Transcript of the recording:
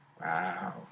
wow